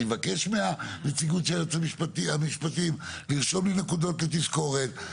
אני מבקש מהנציגוּת של היועצים המשפטיים לרשום לי נקודות לתזכורת,